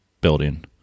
building